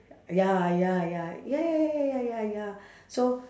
ya ya ya ya ya ya ya ya so